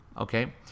okay